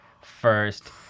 first